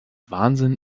wahnsinn